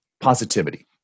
positivity